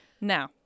now